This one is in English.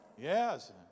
Yes